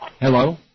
Hello